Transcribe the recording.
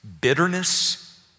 bitterness